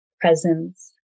presence